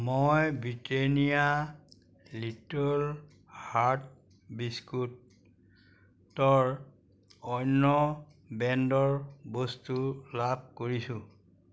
মই Britannia Little Hearts বিস্কুটৰ অন্য ব্ৰেণ্ডৰ বস্তু লাভ কৰিছোঁ